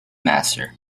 master